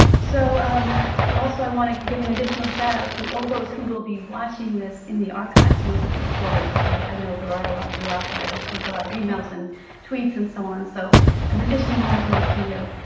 so also i want to give an additional shout out to all those who will be watching this in the archives once it is recorded. i know there are a lot of you out there. i received a lot of emails and tweets and so on, so an additional warm hello to you.